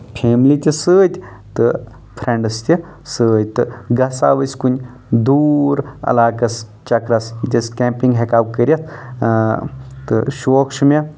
family تہِ سۭتۍ تہٕ فرینٛڈس تہِ سۭتۍ تہٕ گژھ ہو أسۍ کُنہِ دوٗر علاقس چکرَس ییٚتہِ أسۍ کیٚمپِنٛگ ہٮ۪کھ ہو کٔرِتھ تہٕ شوق چھُ مےٚ